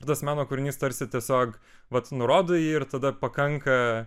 ir tas meno kūrinys tarsi tiesiog vat nurodo jį ir tada pakanka